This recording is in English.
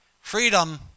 Freedom